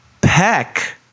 peck